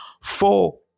four